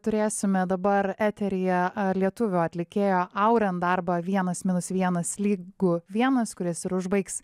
turėsime dabar eteryje lietuvių atlikėjo auren darbą vienas minus vienas lygu vienas kuris ir užbaigs